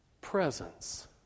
presence